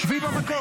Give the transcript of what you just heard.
הוא מדבר איתי.